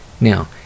Now